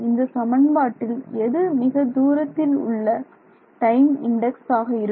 இந்த சமன்பாட்டில் எது மிக தூரத்தில் உள்ள டைம் இன்டெக்ஸ் ஆக இருக்கும்